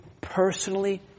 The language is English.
personally